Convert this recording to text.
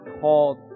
called